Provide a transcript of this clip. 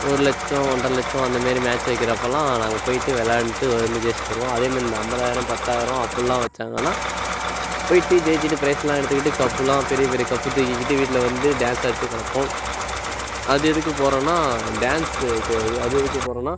ஒரு லட்சம் ஒன்ரை லட்சோம் அந்தமாரி மேட்ச் வைக்கிறப்போலாம் நாங்கள் போய்ட்டு விளாண்ட்டு வந்து ஜெய்ச்சிட்டு வருவோம் அதேமாதிரி இந்த அம்பதாயிரம் பத்தாயிரம் அப்புடில்லாம் வைச்சாங்கன்னா போய்ட்டு ஜெய்ச்சிட்டு பிரைஸ் எல்லாம் எடுத்துக்கிட்டு கப்புலாம் பெரிய பெரிய கப்பு தூக்கிக்கிட்டு வீட்டில் வந்து டான்ஸ் ஆடிட்டு கிடப்போம் அது எதுக்கு போகிறேன்னா டான்ஸு இது அது எதுக்கு போகிறேன்னா